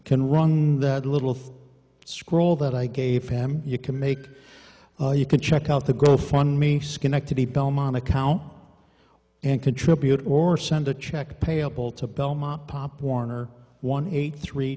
can run that little scroll that i gave him you can make you can check out the go fund me schenectady belmont a cow and contribute or send a check payable to belmont pop warner one eight three